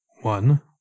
One